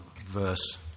verse